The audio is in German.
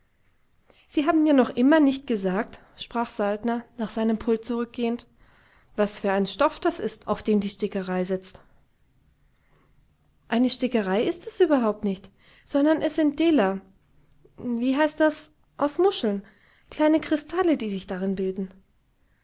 sie haben mir noch immer nicht gesagt sprach saltner nach seinem pult zurückgehend was für ein stoff das ist auf dem die stickerei sitzt eine stickerei ist es überhaupt nicht sondern es sind dela wie heißt das aus muscheln kleine kristalle die sich darin bilden